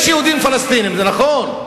יש יהודים פלסטינים, זה נכון.